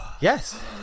yes